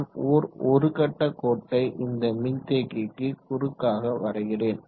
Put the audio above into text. நான் ஒர் ஒரு கட்ட கோட்டை இந்த மின்தேக்கிக்கு குறுக்காக வரைகிறேன்